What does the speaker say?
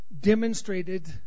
demonstrated